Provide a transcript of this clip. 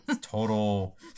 total